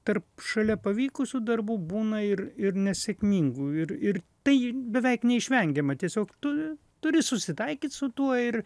tarp šalia pavykusių darbų būna ir ir nesėkmingų ir ir tai beveik neišvengiama tiesiog tu turi susitaikyt su tuo ir